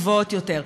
גבוהות יותר.